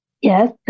yes